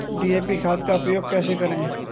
DAP खाद का उपयोग कैसे करें?